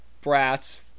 brats